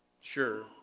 Sure